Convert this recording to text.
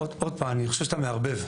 עוד פעם, אני חושב שאתה מערבב.